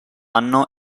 anno